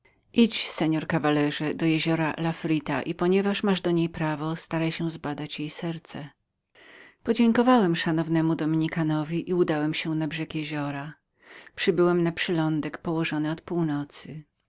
idź seor caballero do jeziora lafrito i ponieważ masz do niej prawo staraj się zbadać jej serce podziękowałem szanownemu dominikanowi i udałem się na brzegi jeziora przybyłem przez przylądek położony od północy